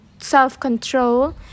self-control